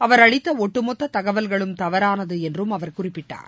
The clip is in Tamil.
அவர் அளித்த ஒட்டுமொத்த தகவல்களும் தவறானது என்றும் அவர் குறிப்பிட்டார்